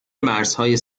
مرزهای